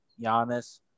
Giannis